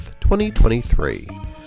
2023